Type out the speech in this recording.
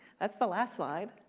that's the last slide.